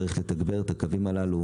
צריך לתגבר את הקווים הללו.